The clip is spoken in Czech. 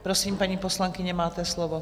Prosím, paní poslankyně, máte slovo.